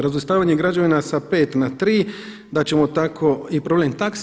Razvrstavanje građevina sa 5 na 3, da ćemo tako, i problem takse.